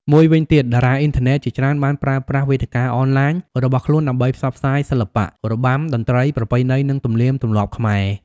មួយវិញទៀត តារាអុីនធឺណិតជាច្រើនបានប្រើប្រាស់វេទិកាអនឡាញរបស់ខ្លួនដើម្បីផ្សព្វផ្សាយសិល្បៈ របាំ តន្ត្រី ប្រពៃណី និងទំនៀមទម្លាប់ខ្មែរ។